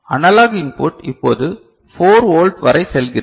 analogue input இப்போது 4 volt வரை செல்கிறது